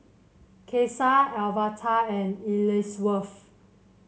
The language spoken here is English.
Caesar Alverta and Ellsworth